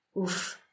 oof